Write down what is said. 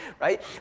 right